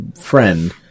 friend